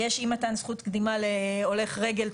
אי מתן זכות קדימה להולך רגל,